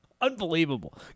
Unbelievable